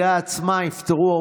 זה נמצא בדיון עם